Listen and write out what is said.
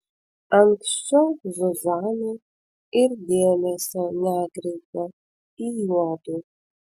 anksčiau zuzana ir dėmesio nekreipė į juodu